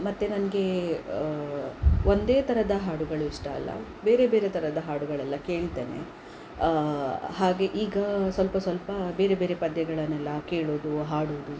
ಮತ್ತೆ ನನಗೆ ಒಂದೇ ಥರದ ಹಾಡುಗಳು ಇಷ್ಟ ಅಲ್ಲ ಬೇರೆ ಬೇರೆ ಥರದ ಹಾಡುಗಳೆಲ್ಲ ಕೇಳ್ತೇನೆ ಹಾಗೆ ಈಗ ಸ್ವಲ್ಪ ಸ್ವಲ್ಪ ಬೇರೆ ಬೇರೆ ಪದ್ಯಗಳನ್ನೆಲ್ಲ ಕೇಳುವುದು ಹಾಡುವುದು